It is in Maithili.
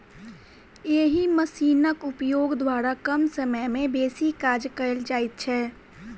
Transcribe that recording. एहि मशीनक उपयोग द्वारा कम समय मे बेसी काज कयल जाइत छै